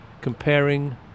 comparing